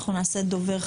אנחנו נעשה דובר,